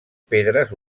pedres